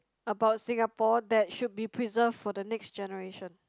about Singapore that should be preserved for the next generation